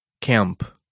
Camp